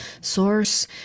source